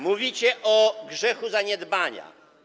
Mówicie o grzechu zaniedbania.